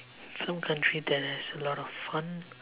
some country that has a lot of fun